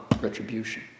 retribution